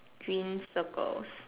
green circles